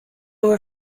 were